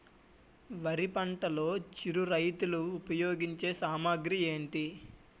వరి పంటలో చిరు రైతులు ఉపయోగించే సామాగ్రి ఏంటి?